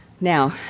Now